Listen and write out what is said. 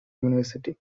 university